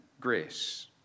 grace